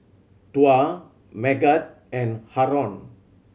Tuah Megat and Haron